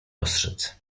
ostrzec